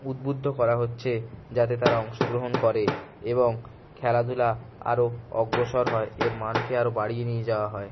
উদ্বুদ্ধ করা হচ্ছে যাতে তারা অংশগ্রহণ করে এবং খেলাধূলা আরো অগ্রসর হয় এর মানকে আরো বাড়িয়ে নিয়ে যাওয়া হয়